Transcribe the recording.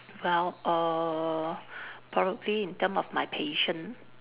well err probably in term of my patience